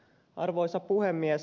arvoisa puhemies